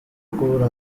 kubura